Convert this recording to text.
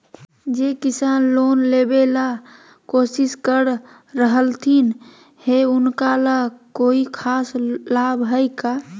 जे किसान लोन लेबे ला कोसिस कर रहलथिन हे उनका ला कोई खास लाभ हइ का?